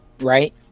right